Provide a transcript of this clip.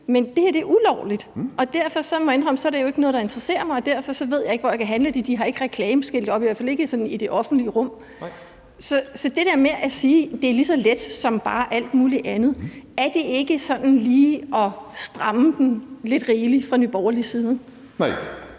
Men det her er ulovligt, og derfor må jeg indrømme, at så er det jo ikke noget, der interesserer mig, og derfor ved jeg ikke, hvor jeg kan købe det. De har ikke reklameskilte oppe, i hvert fald ikke sådan i det offentlige rum. (Kim Edberg Andersen (NB): Nej). Så er det der med at sige, at det er lige så let som bare alt muligt andet, ikke sådan lige at stramme den lidt rigeligt fra Nye Borgerliges side? (Kim